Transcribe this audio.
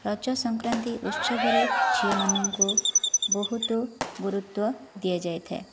ରଜ ସଂକ୍ରାନ୍ତି ଉତ୍ସବରେ ଝିଅମାନଙ୍କୁ ବହୁତ ଗୁରୁତ୍ଵ ଦିଆଯାଇଥାଏ